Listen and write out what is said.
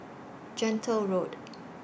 Gentle Road